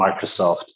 Microsoft